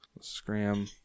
Scram